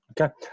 okay